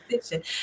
position